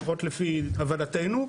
לפחות לפי הבנתנו,